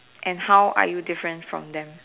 and how are you different from them